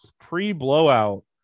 pre-blowout